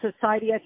society